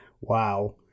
wow